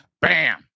Bam